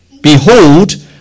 Behold